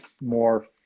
more